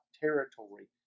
territory